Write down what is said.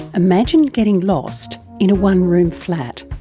imagine getting lost in a one-room flat,